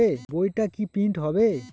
বইটা কি প্রিন্ট হবে?